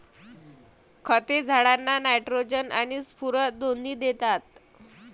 खते झाडांना नायट्रोजन आणि स्फुरद दोन्ही देतात